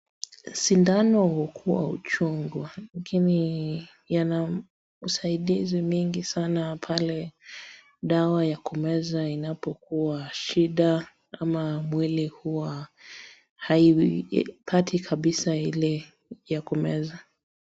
Sindano hukuwa uchungu lakini ina usaidizi mingi sana pale dawa ya kumeza inapokuwa shida ama mwili kuwa haipati kabisaa ile ya kumeza.